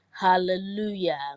Hallelujah